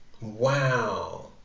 Wow